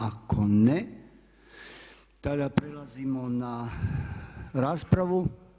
Ako ne tada prelazimo na raspravu.